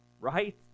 Right